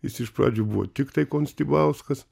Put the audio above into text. jis iš pradžių buvo tiktai konstibauskas